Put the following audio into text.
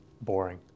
Boring